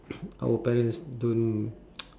our parents don't